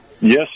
Yes